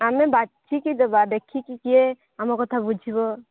ଆମେ ବାଝିକି ଦେବା ଦେଖିକି କିଏ ଆମ କଥା ବୁଝିବ